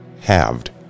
halved